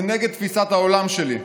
זה נגד תפיסת העולם שלי,